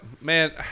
man